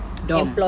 dormitory